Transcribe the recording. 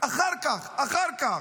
אחר כך, אחר כך.